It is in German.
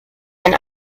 ein